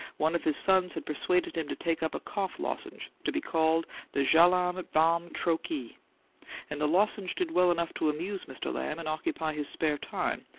one of his sons had persuaded him to take up a cough-lozenge, to be called the jalamb balm trochee and the lozenge did well enough to amuse mr. lamb and occupy his spare time,